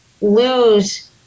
lose